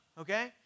okay